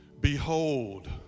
Behold